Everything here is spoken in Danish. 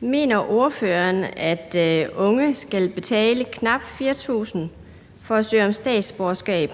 Mener ordføreren, at unge skal betale knap 4.000 kr. for at søge om statsborgerskab?